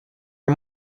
are